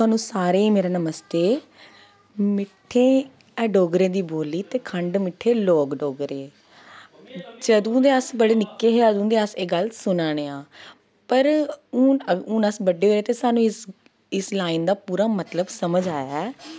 तुस सारें गी मेरा नमस्ते मिट्ठड़ी ऐ डोगरें दी बोल्ली ते खंड मिट्ठे लोग डोगरे जदूं दे अस बड़े निक्के हे अदूं दे अस एह् गल्ल सुना ने आं पर हून हून अस बड्डे होए ते असें इस इस लाइन दा पूरा मतलब समझ आया ऐ